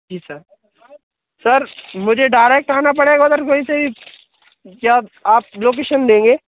जी sir sir मुझे direct आना पड़ेगा उधर वैसे ही जब आप लोकैशन देंगे